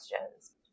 questions